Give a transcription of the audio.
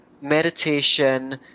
meditation